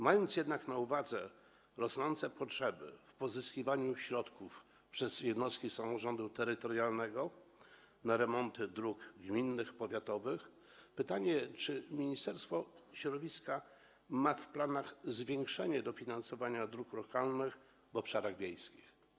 Mając jednak na uwadze rosnące potrzeby w zakresie pozyskiwania przez jednostki samorządu terytorialnego środków na remonty dróg gminnych, powiatowych, mam pytanie: Czy Ministerstwo Środowiska ma w planach zwiększanie dofinansowania dróg lokalnych na obszarach wiejskich?